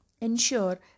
ensure